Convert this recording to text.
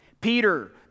Peter